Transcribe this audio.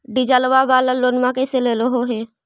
डीजलवा वाला लोनवा कैसे लेलहो हे?